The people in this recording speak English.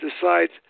decides